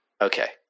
Okay